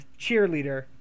cheerleader